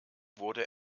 wurde